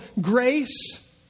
grace